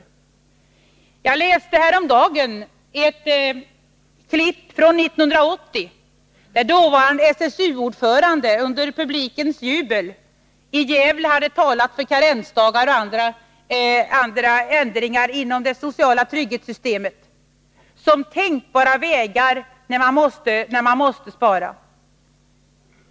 Häromdagen läste jag ett klipp från 1980, där det stod att förutvarande SSU-ordföranden under publikens jubel i Gävle hade talat för karensdagar och andra ändringar inom det sociala trygghetssystemet som tänkbara vägar när man måste spara.